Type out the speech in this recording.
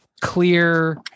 clear